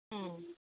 ம்